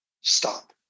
stop